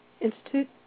institute